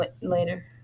later